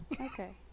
Okay